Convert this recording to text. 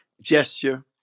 gesture